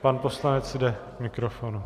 Pan poslanec jde k mikrofonu.